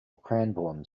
cranbourne